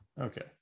Okay